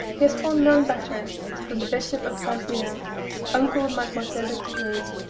he has drawn none better than the bishop of saint-meen, uncle of mademoiselle de courteheuse,